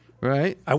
right